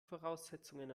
voraussetzungen